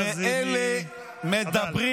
אלה מדברים